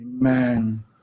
Amen